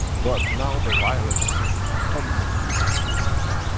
but now the virus comes into this ah space gap.